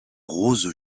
rose